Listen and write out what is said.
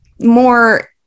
more